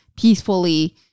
peacefully